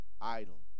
Idle